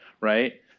right